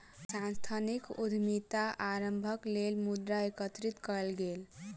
सांस्थानिक उद्यमिता आरम्भक लेल मुद्रा एकत्रित कएल गेल